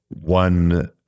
one